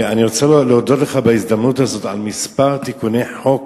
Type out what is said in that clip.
אני רוצה להודות לך בהזדמנות הזאת על כמה תיקוני חוק